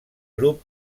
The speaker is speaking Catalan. grup